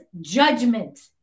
judgment